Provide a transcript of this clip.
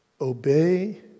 obey